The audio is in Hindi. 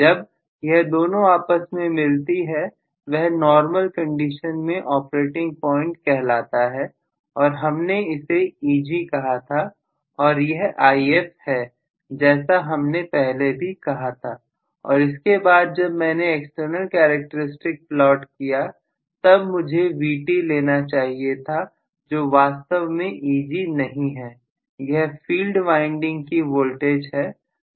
जब यह दोनों आपस में मिलती है वह नॉरमल कंडीशन में ऑपरेटिंग प्वाइंट कहलाता है और हमने इसे Eg कहा था और यह If है जैसा हमने पहले भी कहा था और इसके बाद जब मैंने एक्सटर्नल कैरेक्टरिस्टिक प्लॉट किया तब मुझे Vt लेना चाहिए था जो वास्तव में Eg नहीं है यह फील्ड वाइंडिंग की वोल्टेज है